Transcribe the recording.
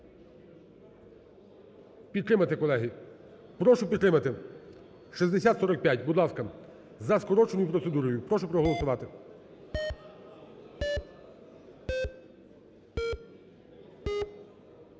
підтримати, колеги. Прошу підтримати 6045, будь ласка, за скороченою процедурою. Прошу проголосувати.